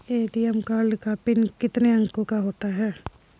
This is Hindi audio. ए.टी.एम कार्ड का पिन कितने अंकों का होता है?